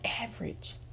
average